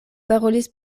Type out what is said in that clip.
parolis